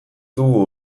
dugu